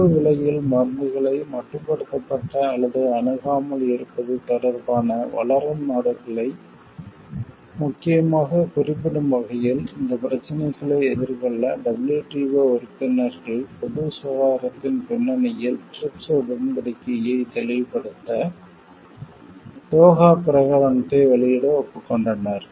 மலிவு விலையில் மருந்துகளை மட்டுப்படுத்தப்பட்ட அல்லது அணுகாமல் இருப்பது தொடர்பான வளரும் நாடுகளை முக்கியமாகக் குறிப்பிடும் வகையில் இந்தப் பிரச்சினைகளை எதிர்கொள்ள WTO உறுப்பினர்கள் பொது சுகாதாரத்தின் பின்னணியில் TRIPS உடன்படிக்கையை தெளிவுபடுத்த தோஹா பிரகடனத்தை வெளியிட ஒப்புக்கொண்டனர்